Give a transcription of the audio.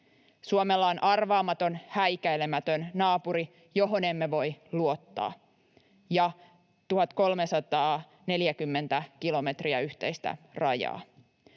Suomella on arvaamaton, häikäilemätön naapuri, johon emme voi luottaa, ja 1 340 kilometriä yhteistä rajaa.